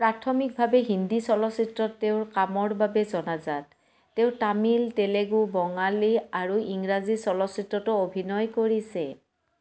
প্ৰাথমিকভাৱে হিন্দী চলচ্চিত্ৰত তেওঁৰ কামৰ বাবে জনাজাত তেওঁ তামিল তেলেগু বঙালী আৰু ইংৰাজী চলচ্চিত্ৰতো অভিনয় কৰিছে